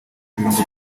ibirungo